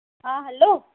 हा हलो